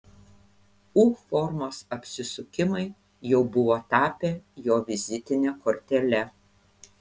u formos apsisukimai jau buvo tapę jo vizitine kortele